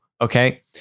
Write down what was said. Okay